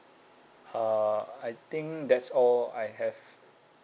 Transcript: uh I think that's all I have